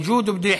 (אומר בערבית: